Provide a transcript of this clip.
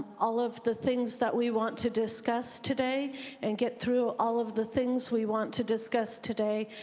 all of the things that we want to discuss today and get through all of the things we want to discuss today,